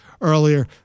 earlier